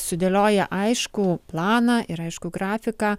sudėlioję aiškų planą ir aiškų grafiką